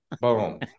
Boom